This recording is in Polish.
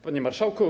Panie Marszałku!